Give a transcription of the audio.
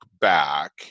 back